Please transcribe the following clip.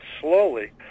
slowly